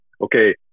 okay